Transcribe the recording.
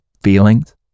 feelings